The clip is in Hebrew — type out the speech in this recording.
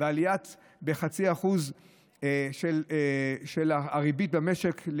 ויש עלייה ב-0.5% של הריבית במשק,